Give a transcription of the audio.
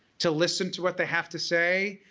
to listen to what they have to say,